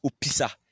Upisa